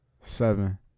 seven